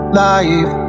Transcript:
life